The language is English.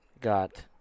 got